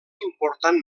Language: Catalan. important